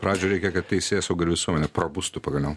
pradžioj reikia kad teisėsauga ir visuomenė prabustų pagaliau